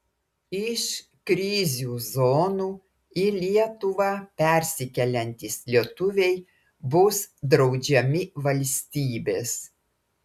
iš krizių zonų į lietuvą persikeliantys lietuviai bus draudžiami valstybės